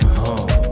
home